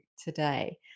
today